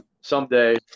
someday